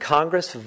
Congress